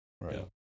right